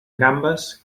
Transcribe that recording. gambes